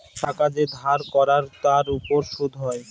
টাকা যে ধার করায় তার উপর সুদ হয়